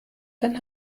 dann